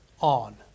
on